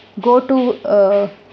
go-to